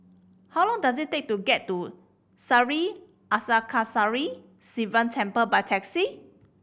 how long does it take to get to Sri Arasakesari Sivan Temple by taxi